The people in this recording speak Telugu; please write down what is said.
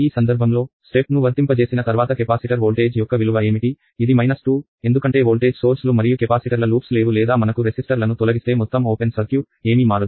ఈ సందర్భంలో స్టెప్ ను వర్తింపజేసిన తర్వాత కెపాసిటర్ వోల్టేజ్ యొక్క విలువ ఏమిటి ఇది 2 ఎందుకంటే వోల్టేజ్ సోర్స్ లు మరియు కెపాసిటర్ల లూప్స్ లేవు లేదా మనకు రెసిస్టర్లను తొలగిస్తే మొత్తం ఓపెన్ సర్క్యూట్ ఏమీ మారదు